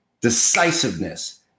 decisiveness